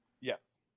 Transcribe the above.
yes